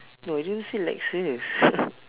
no I didn't say lexus